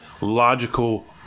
logical